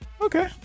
Okay